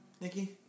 Nikki